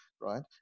right